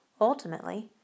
Ultimately